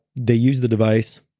they use the device.